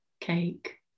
cake